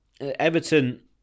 Everton